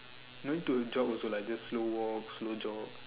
no need to jog also like just slow walk slow jog